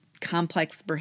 complex